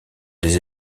des